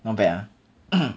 not bad ah